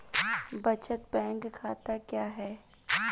बचत बैंक खाता क्या है?